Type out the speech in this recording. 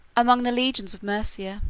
among the legions of maesia